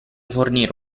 fornire